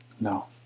No